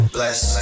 Bless